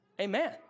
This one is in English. Amen